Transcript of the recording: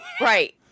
Right